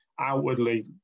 outwardly